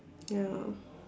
ya